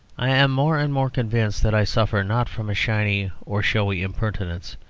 i am more and more convinced that i suffer, not from a shiny or showy impertinence,